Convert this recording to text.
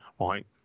right